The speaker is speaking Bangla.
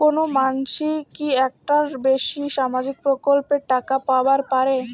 কোনো মানসি কি একটার বেশি সামাজিক প্রকল্পের টাকা পাবার পারে?